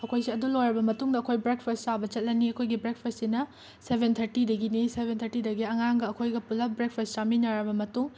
ꯑꯩꯈꯣꯏꯁꯦ ꯑꯗꯨ ꯂꯣꯏꯔꯕ ꯃꯇꯨꯡꯗ ꯑꯩꯈꯣꯏ ꯕ꯭ꯔꯦꯛꯐꯁ ꯆꯥꯕ ꯆꯠꯂꯅꯤ ꯑꯩꯈꯣꯏꯒꯤ ꯕ꯭ꯔꯦꯛꯐꯁꯁꯤꯅ ꯁꯕꯦꯟ ꯊꯔꯇꯤꯗꯒꯤꯅꯤ ꯁꯕꯦꯟ ꯊꯔꯇꯤꯗꯒꯤ ꯑꯉꯥꯡꯒ ꯑꯩꯈꯣꯏꯒ ꯄꯨꯜꯂꯞ ꯕ꯭ꯔꯦꯛꯐꯁ ꯆꯥꯃꯤꯟꯅꯔꯕ ꯃꯇꯨꯡ